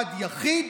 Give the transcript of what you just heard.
מיועד יחיד